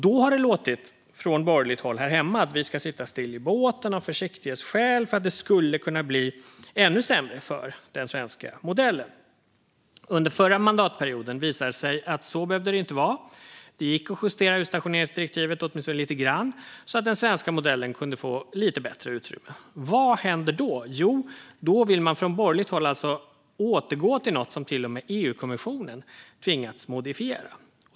Då har det från borgerligt håll här hemma sagts att vi ska sitta still i båten av försiktighetsskäl, för det skulle kunna bli ännu sämre för den svenska modellen. Under den förra mandatperioden visade det sig att det inte behövde vara så. Det gick att justera utstationeringsdirektivet åtminstone lite grann så att den svenska modellen kunde få lite bättre utrymme. Vad händer då? Jo, då vill man från borgerligt håll alltså återgå till något som till och med EU-kommissionen tvingats modifiera.